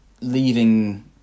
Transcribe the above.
leaving